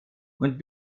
und